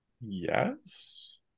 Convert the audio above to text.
Yes